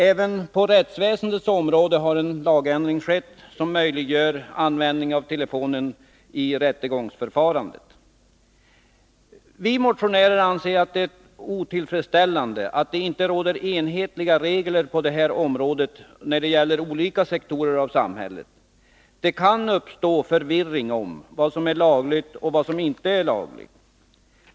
Även på rättsväsendets område har en lagändring skett som möjliggör användning av telefonen i rättegångsförfarandet. Vi motionärer anser att det är otillfredsställande att det inte finns enhetliga regler på detta område när det gäller olika sektorer av samhället. Det kan uppstå förvirring om vad som är lagligt och vad som inte är lagligt.